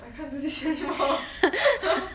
I can't do this anymore ha ha